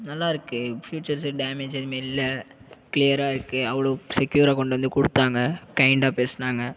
நல்லாருக்கு features damage எதுவுமே இல்லை க்ளியராக இருக்குது அவ்வளோ செக்கியூராக கொண்டு வந்து கொடுத்தாங்க கைண்டா பேசுனாங்கள்